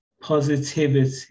positivity